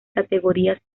categorías